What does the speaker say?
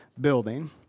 building